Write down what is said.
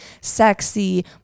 sexy